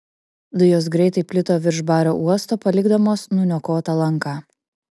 dujos greitai plito virš bario uosto palikdamos nuniokotą lanką